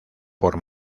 por